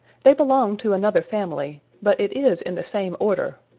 they belong to another family, but it is in the same order.